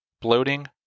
bloating